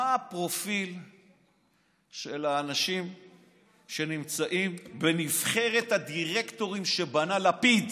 מה הפרופיל של האנשים שנמצאים בנבחרת הדירקטורים שבנה לפיד?